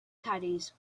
caddies